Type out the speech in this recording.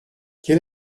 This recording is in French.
quel